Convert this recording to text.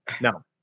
No